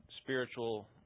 spiritual